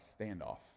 standoff